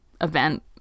event